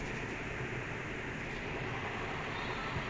it's just like one second like half second off